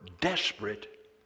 desperate